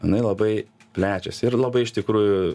inai labai plečiasi ir labai iš tikrųjų